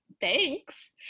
thanks